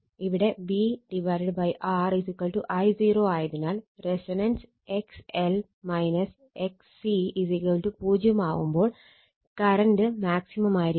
ഇവിടെ V R I0 ആയതിനാൽ resonance XL XC 0 ആവുമ്പോൾ കറണ്ട് മാക്സിമം ആയിരിക്കും